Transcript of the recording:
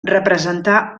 representà